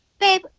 babe